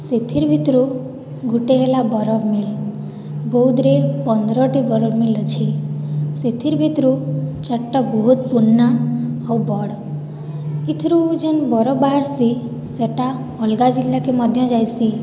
ସେଥିର ଭିତରୁ ଗୋଟେ ହେଲା ବରଫ ମିଲ୍ ବୌଦ୍ଧରେ ପନ୍ଦରଟି ବରଫ ମିଲ୍ ଅଛି ସେଥିର ଭିତରୁ ଚାରିଟା ବହୁତ ପୁରୁଣା ଆଉ ବଡ଼ ଇଥିରୁ ଯେଇଁ ବରଫ ବାହାରସି ସେତ ଅଲଗା ଜିଲ୍ଲାକେ ମଧ୍ୟ ଯାଇସି